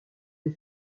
des